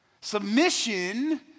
Submission